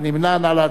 מי נמנע?